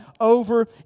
over